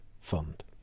Fund